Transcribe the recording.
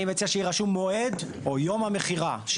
אני מציע שיהיה כתוב: "יום המכירה" כדי